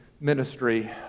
ministry